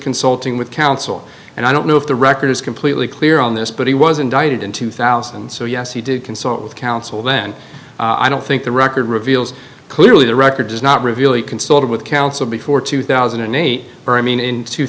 consulting with counsel and i don't know if the record is completely clear on this but he was indicted in two thousand so yes he did consult with counsel then i don't think the record reveals clearly the record does not reveal he consulted with counsel before two thousand and eight i mean in two